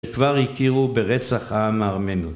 שכבר הכירו ברצח המארמנות.